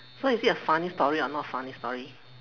so is it a funny story or not funny story